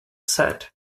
set